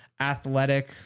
athletic